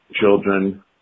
children